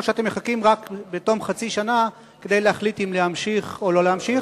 או שאתם מחכים עד תום חצי שנה כדי להחליט אם להמשיך או לא להמשיך?